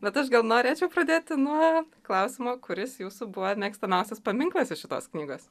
bet aš gal norėčiau pradėti nuo klausimo kuris jūsų buvo mėgstamiausias paminklas iš šitos knygos